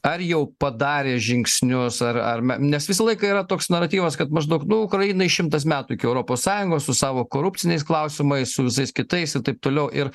ar jau padarė žingsnius ar ar me nes visą laiką yra toks naratyvas kad maždaug nu ukrainai šimtas metų iki europos sąjungos su savo korupciniais klausimais su visais kitais ir taip toliau ir